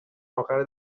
اخر